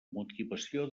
motivació